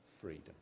freedom